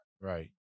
Right